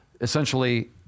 Essentially